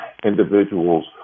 individuals